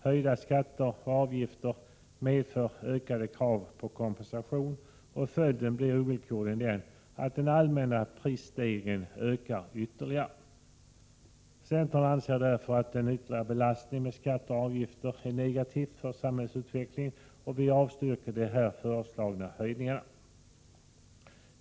Höjda skatter och avgifter medför ökade krav på kompensation, och följden blir ovillkorligen att den allmänna prisstegringen ökar ytterligare. Centern anser därför att en ytterligare belastning med skatter och avgifter är negativ för samhällsutvecklingen, och vi avstyrker de föreslagna höjningarna.